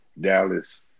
Dallas